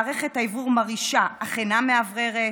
מערכת האוורור מרעישה אך אינה מאווררת.